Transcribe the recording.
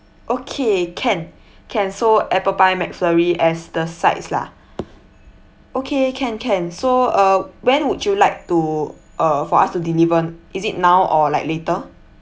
okay can can so apple pie mcflurry as the sides lah okay can can so uh when would you like to uh for us to deliver is it now or like later